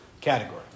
category